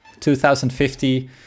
2050